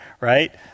right